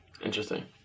Interesting